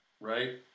Right